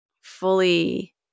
fully